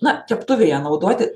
na keptuvėje naudoti